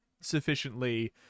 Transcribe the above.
Sufficiently